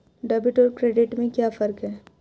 Debit और credit में क्या फर्क है?